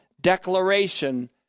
declaration